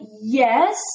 Yes